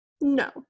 No